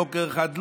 בוקר אחד לא,